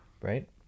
right